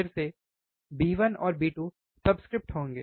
फिर से b1 और b2 सबस्क्रिप्ट में होंगे